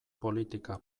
politika